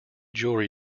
jewelry